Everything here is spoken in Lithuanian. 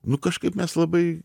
nu kažkaip mes labai